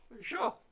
Sure